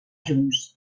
junts